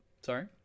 sorry